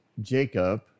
Jacob